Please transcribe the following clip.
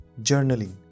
journaling